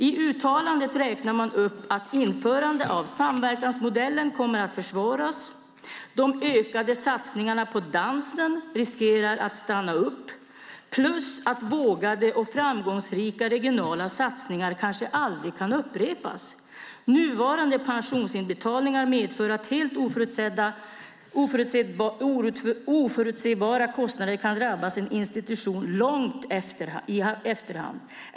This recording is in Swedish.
I uttalandet räknar man upp att införande av samverkansmodellen kommer att försvåras, att de ökade satsningarna på dansen riskerar att stanna upp och att vågade och framgångsrika regionala satsningar kanske aldrig kan upprepas. Nuvarande pensionsinbetalningar medför att helt oförutsebara kostnader kan drabba en institution långt i efterhand.